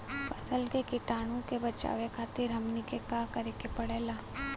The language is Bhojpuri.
फसल के कीटाणु से बचावे खातिर हमनी के का करे के पड़ेला?